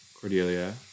Cordelia